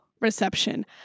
reception